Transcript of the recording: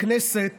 בכנסת